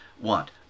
want